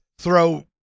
throw